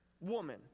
woman